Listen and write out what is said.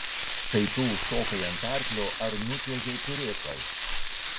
kai tu užšokai ant arklio ar nučiuožei turėklais